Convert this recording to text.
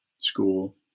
school